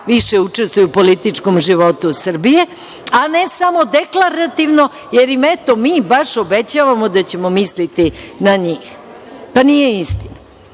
više učestvuju u političkom životu Srbije, a ne samo deklarativno, jer im, eto, mi baš obećavamo da ćemo misliti na njih. Nije istina.